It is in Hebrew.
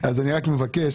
אני מבקש